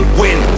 win